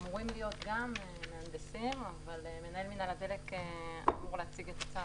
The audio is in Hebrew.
אמורים להיות מהנדסים אבל מנהל מינהל הדלק אמור להציג את הקו.